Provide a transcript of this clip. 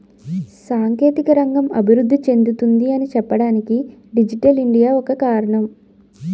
సాంకేతిక రంగం అభివృద్ధి చెందుతుంది అని చెప్పడానికి డిజిటల్ ఇండియా ఒక కారణం